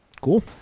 Cool